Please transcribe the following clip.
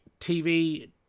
TV